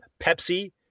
Pepsi